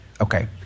Okay